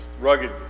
rugged